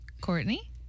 Courtney